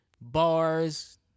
bars